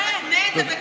אתה מתנה את זה,